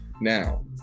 Now